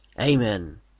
Amen